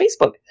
Facebook